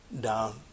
down